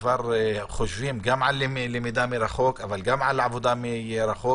כבר חושבים על למידה מרחוק אבל גם על עבודה מרחוק,